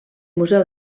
museu